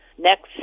Next